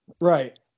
right